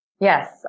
Yes